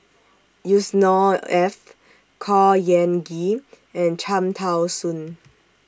Yusnor Ef Khor Ean Ghee and Cham Tao Soon